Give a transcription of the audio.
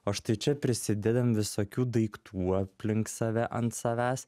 o štai čia prisidedam visokių daiktų aplink save ant savęs